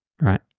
right